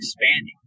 expanding